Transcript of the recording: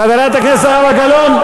חברת הכנסת זהבה גלאון,